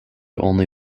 only